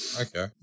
okay